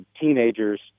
teenagers